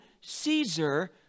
Caesar